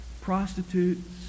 prostitutes